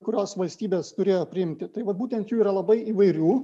kurios valstybės turėjo priimti tai vat būtent jų yra labai įvairių